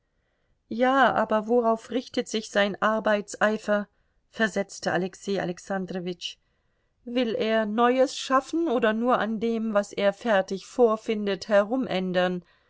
ja aber worauf richtet sich sein arbeitseifer versetzte alexei alexandrowitsch will er neues schaffen oder nur an dem was er fertig vorfindet